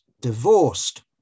divorced